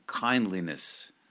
kindliness